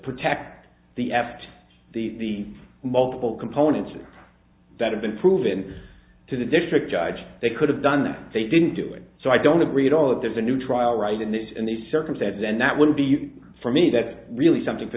protect the after the multiple components that have been proven to the district judge they could have done that they didn't do it so i don't agree at all if there is a new trial right and it's in these circumstances and that would be for me that really something